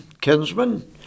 Kinsman